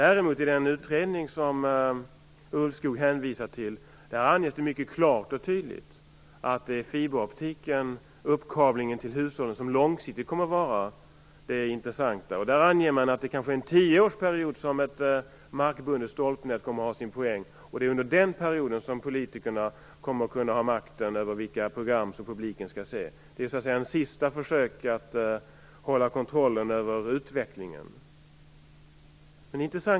I den utredning som Marita Ulvskog hänvisar till anges det mycket tydligt att det är fiberoptiken och uppkablingen till hushållen som långsiktigt kommer att vara det intressanta. Man anger att ett markbundet nät möjligen kommer att ha sin poäng under en tioårsperiod. Det är under den perioden som politikerna kommer att kunna ha makten över vilka program som publiken får se. Det är ett sista försök att hålla kontroll över utvecklingen.